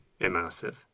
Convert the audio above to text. immersive